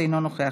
אינה נוכחת,